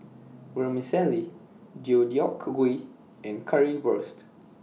Vermicelli Deodeok Gui and Currywurst